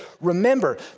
remember